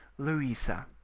louisa.